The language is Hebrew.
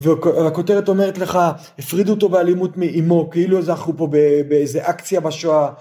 והכותרת אומרת לך הפרידו אותו באלימות מאימו כאילו אנחנו פה באיזה אקציה בשואה